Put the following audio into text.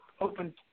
open –